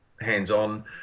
hands-on